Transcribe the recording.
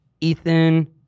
Ethan